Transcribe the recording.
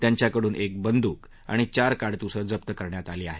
त्यांच्याकडून एक बंदूक आणि चार काडतूसं जप्त करण्यात आली आहेत